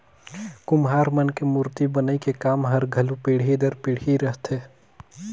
कुम्हार मन के मूरती बनई के काम हर घलो पीढ़ी दर पीढ़ी रहथे